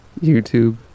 youtube